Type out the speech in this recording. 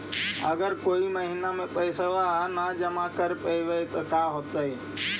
अगर कोई महिना मे पैसबा न जमा कर पईबै त का होतै?